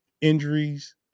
Injuries